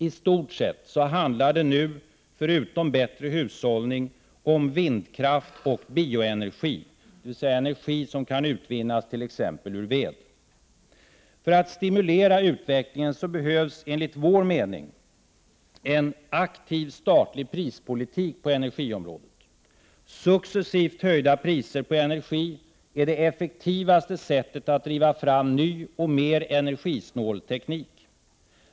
I stort sett handlar det nu — förutom om bättre hushållning — om vindkraft och bioenergi, dvs. energi som kan utvinnas t.ex. ur ved. För att stimulera hushållningen behövs enligt vår mening en aktiv statlig prispolitik på energiområdet. Successivt höjda priser på energi är det effektivaste sättet att driva fram ny och mer energisnål teknik.